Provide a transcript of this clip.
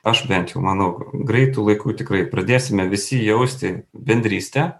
aš bent jau manau greitu laiku tikrai pradėsime visi jausti bendrystę